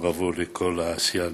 בראבו על כל העשייה הנפלאה.